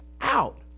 out